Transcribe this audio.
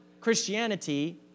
Christianity